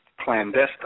clandestine